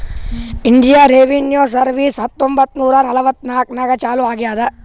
Indian revenue service ಹತ್ತೊಂಬತ್ತ್ ನೂರಾ ನಲ್ವತ್ನಾಕನಾಗ್ ಚಾಲೂ ಆಗ್ಯಾದ್